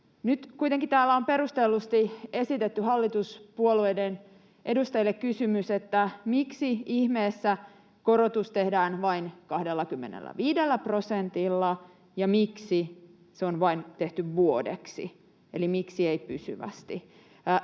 Nyt kuitenkin täällä on perustellusti esitetty hallituspuolueiden edustajille kysymys, miksi ihmeessä korotus tehdään vain 25 prosentilla ja miksi se on tehty vain vuodeksi, eli miksi ei pysyvästi.